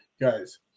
Guys